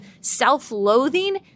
self-loathing